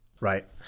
Right